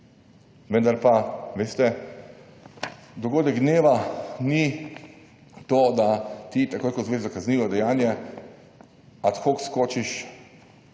Vendar pa, veste, dogodek dneva ni to, da ti takoj, ko izveš gre za kaznivo dejanje, »ad hoc« skočiš